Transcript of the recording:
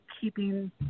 keeping